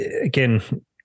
again